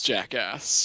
Jackass